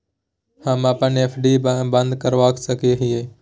हम अप्पन एफ.डी आ बंद करवा सको हियै